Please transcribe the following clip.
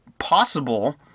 possible